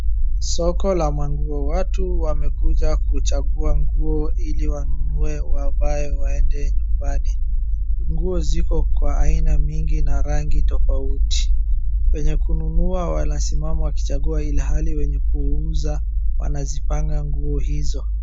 Soko la manguo. Watu wamekuja kuchagua nguo ili wanunue wavae waende nyumbani. Nguo ziko kwa aina mingi na rangi tofauti. Wenye kununua wanasimama wakichagua ilhali wenye kuuza wanazipanga nguo hizo.